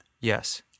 Yes